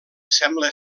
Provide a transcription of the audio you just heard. sembla